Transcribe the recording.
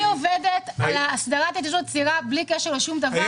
עובדת על הסדרת ההתיישבות הצעירה בלי קשר לשום דבר.